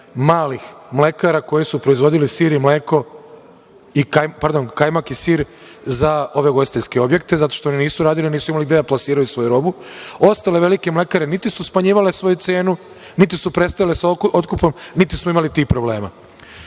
malih mlekara koje su proizvodile sir i mleko, pardon, kajmak i sir za ove ugostiteljske objekte, zato što oni nisu radili i nisu imali gde da plasiraju svoju robu. Ostale velike mlekare niti su smanjivale svoju cenu niti su prestale sa otkupom, niti su imale tih problema.